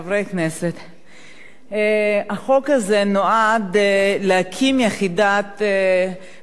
החוק הזה נועד להקים יחידת רגולציה, פיקוח,